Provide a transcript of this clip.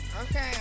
Okay